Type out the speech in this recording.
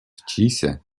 вчися